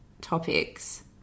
topics